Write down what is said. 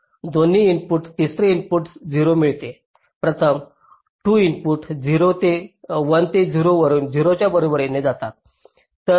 दोन्ही इनपुट तिसरे इनपुट 0 मिळते प्रथम 2 इनपुट 1 ते 0 वरून 0 च्या बरोबरीने जातात